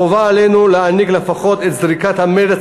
חובה עלינו להעניק לפחות את זריקת המרץ